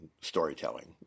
storytelling